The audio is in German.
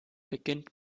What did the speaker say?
beginnt